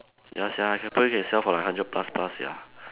ya sia I can probably can sell for like hundred plus plus sia